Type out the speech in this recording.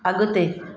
अॻिते